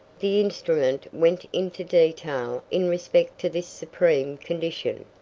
the instrument went into detail in respect to this supreme condition.